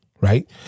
right